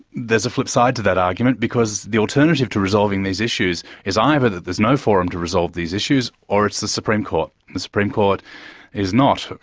there's a flipside to that argument, because the alternative to resolving these issues is either that there's no forum to resolve these issues, or it's the supreme court. and the supreme court is not,